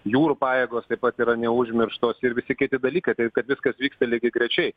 jūrų pajėgos taip pat yra neužmirštos ir visi kiti dalykai taip kad viskas vyksta lygiagrečiai